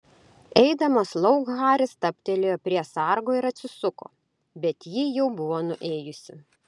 eidamas lauk haris stabtelėjo prie sargo ir atsisuko bet ji jau buvo nuėjusi